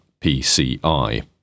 PCI